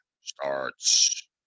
starts